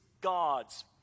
God's